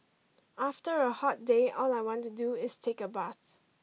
after a hot day all I want to do is take a bath